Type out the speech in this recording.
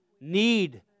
need